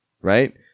Right